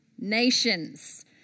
Nations